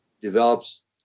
develops